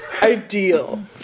Ideal